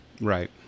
Right